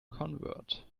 convert